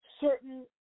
certain